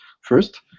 first